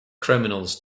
criminals